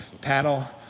paddle